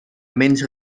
menys